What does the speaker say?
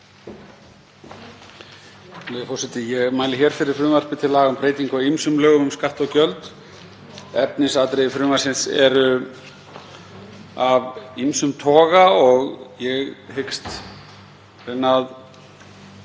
Ég mæli hér með fyrir frumvarpi til laga um breytingu á ýmsum lögum um skatta og gjöld. Efnisatriði frumvarpsins eru af margvíslegum toga og ég hyggst reyna að